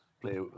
play